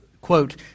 quote